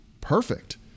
perfect